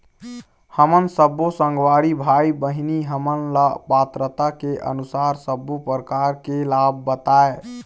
हमन सब्बो संगवारी भाई बहिनी हमन ला पात्रता के अनुसार सब्बो प्रकार के लाभ बताए?